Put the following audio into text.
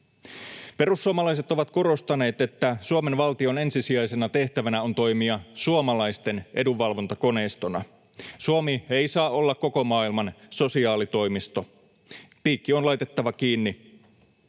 Perussuomalaiset ovat korostaneet, että Suomen valtion ensisijaisena tehtävänä on toimia suomalaisten edunvalvontakoneistona. Suomi ei saa olla koko maailman sosiaalitoimisto. Piikki on laitettava kiinni.